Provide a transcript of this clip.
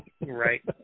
Right